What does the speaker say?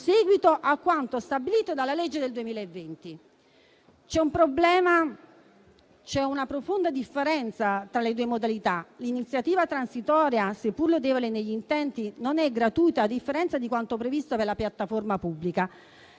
seguito a quanto stabilito dalla legge del 2020. C'è un problema: c'è una profonda differenza tra le due modalità. L'iniziativa transitoria, seppur lodevole negli intenti, non è gratuita, a differenza di quanto previsto per la piattaforma pubblica.